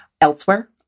elsewhere